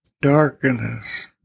Darkness